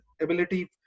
ability